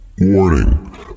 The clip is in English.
Warning